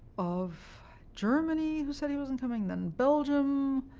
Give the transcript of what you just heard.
of germany who said he wasn't coming, then belgium,